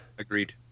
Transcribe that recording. Agreed